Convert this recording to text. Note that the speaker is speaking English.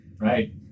right